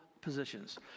positions